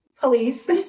police